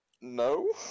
No